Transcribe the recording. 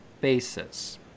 basis